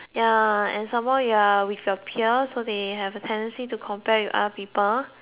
ya and some more you are with your peers so they have a tendency to compare you with other people